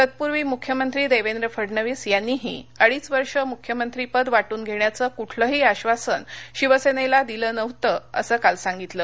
तत्पूर्वी मुख्यमंत्री देवेंद्र फडणवीस यांनीही अडीच वर्ष मुख्यमंत्रीपद वाटून घेण्याचं कुठलंही आश्वासन शिवसेनेला दिलं नव्हतं असं काल सांगितलं